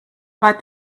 about